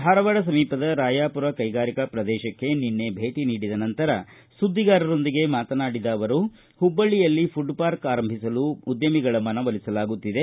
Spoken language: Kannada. ಧಾರವಾಡ ಸಮೀಪದ ರಾಯಾಮರ ಕೈಗಾರಿಕಾ ಪ್ರದೇಶಕ್ಕೆ ಭೇಟ ನೀಡಿದ ನಂತರ ಸುದ್ವಿಗಾರರೊಂದಿಗೆ ಮಾತನಾಡಿದ ಅವರು ಹುಬ್ಬಳ್ಳಿಯಲ್ಲಿ ಫುಡ್ ಪಾರ್ಕ್ ಪ್ರಾರಂಭಿಸಲು ಉದ್ದಮಿಗಳ ಮನವೊಲಿಸಲಾಗುತ್ತಿದೆ